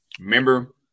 Remember